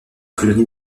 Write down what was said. colonies